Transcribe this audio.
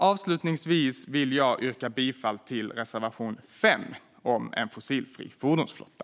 Avslutningsvis vill jag yrka bifall till reservation 5 om en fossilfri fordonsflotta.